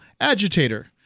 agitator